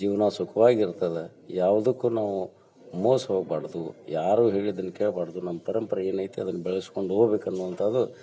ಜೀವನ ಸುಖ್ವಾಗಿ ಇರ್ತದೆ ಯಾವ್ದಕ್ಕೂ ನಾವು ಮೋಸ ಹೋಗ್ಬಾರ್ದು ಯಾರೂ ಹೇಳಿದ್ದನ್ನು ಕೇಳ್ಬಾರ್ದು ನಮ್ಮ ಪರಂಪರೆ ಏನು ಐತೆ ಅದನ್ನು ಬೆಳೆಸ್ಕೊಂಡು ಹೋಗ್ಬೇಕು ಅನ್ನುವಂಥದ್ದು